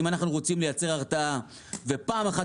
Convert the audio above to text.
אם אנחנו רוצים לייצר הרתעה ופעם ואחת